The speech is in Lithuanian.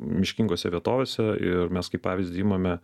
miškingose vietovėse ir mes kaip pavyzdį imame